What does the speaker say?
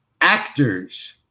actors